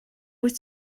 wyt